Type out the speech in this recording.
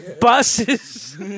Buses